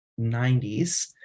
90s